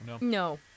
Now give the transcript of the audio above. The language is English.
No